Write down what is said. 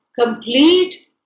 complete